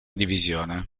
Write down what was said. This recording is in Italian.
divisione